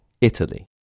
Italy